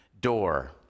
door